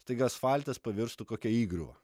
staiga asfaltas pavirstų kokia įgriuva